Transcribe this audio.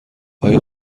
آیا